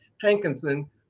Hankinson